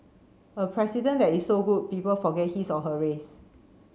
a president that is so good people forget his or her race